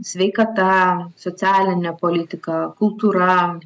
sveikata socialinė politika kultūra